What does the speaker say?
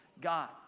God